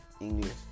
english